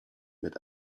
mit